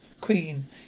Queen